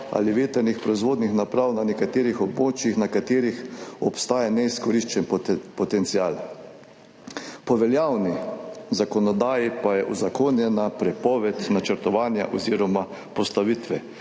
ali vetrnih proizvodnih naprav na nekaterih območjih, na katerih obstaja neizkoriščen potencial. Po veljavni zakonodaji pa je uzakonjena prepoved načrtovanja oziroma postavitve.